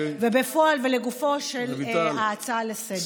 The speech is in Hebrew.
ולגופה של ההצעה לסדר-היום.